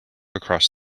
across